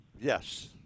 Yes